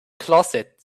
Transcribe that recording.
closet